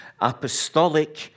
apostolic